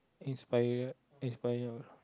inspired inspired